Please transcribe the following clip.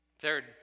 Third